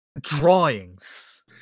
drawings